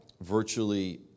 virtually